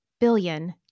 billion